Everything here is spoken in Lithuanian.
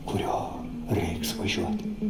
kuriuo reiks važiuoti